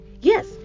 Yes